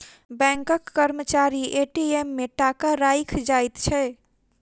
बैंकक कर्मचारी ए.टी.एम मे टाका राइख जाइत छै